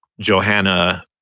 Johanna